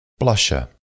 Blusher